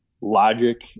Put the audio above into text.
logic